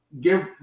Give